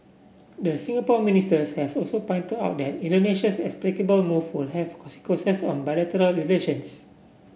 the Singapore ministers has also pointed out that Indonesia's inexplicable move will have consequences on bilateral relations